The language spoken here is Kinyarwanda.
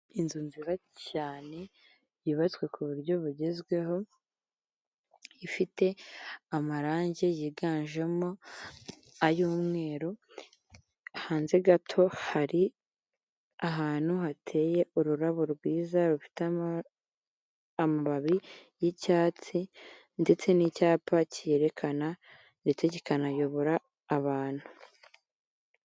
Inzu nziza cyane yubatswe ku buryo bugezweho ifite amarangi yiganjemo ayumweru hanze gato hari ahantu hateye ururabo rwiza rufite amababi y'icyatsi ndetse n'icyapa cyerekana ndetse kika nayobora abantu.